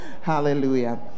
hallelujah